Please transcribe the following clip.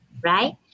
right